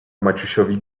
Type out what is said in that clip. maciusiowi